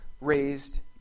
raised